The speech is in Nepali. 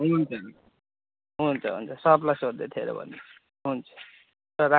हुन्छ हुन्छ हुन्छ हुन्छ सबलाई सोद्धै थियो अरे भनिदिनु हुन्छ ल राख्